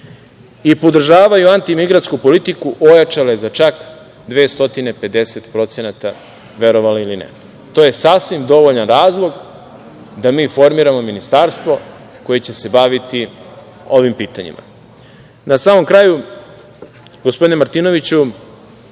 i podržavaju antimigrantsku politiku, ojačale za čak 250%, verovali ili ne. To je sasvim dovoljan razlog da mi formiramo ministarstvo koje će se baviti ovim pitanjima. Na samom kraju, gospodine Martinoviću,